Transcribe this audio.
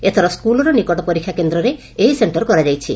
ଏଥର ସ୍କୁଲର ନିକଟ ପରୀକ୍ଷା କେହ୍ରରେ ଏହି ସେକ୍କର କରାଯାଇଛି